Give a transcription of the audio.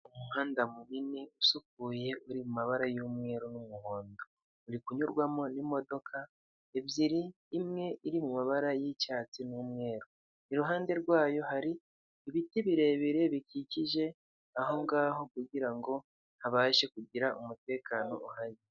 Umuhanda munini usukuye uri mabara yu'mweru n'umuhondo, uri kunyurwamo n'imodoka ebyiri imwe iri mu mumabara y'icyatsi n'umweru, iruhande rwayo hari ibiti birebire bikikije aho ngaho kugirango habashe kugira umutekano uhagije.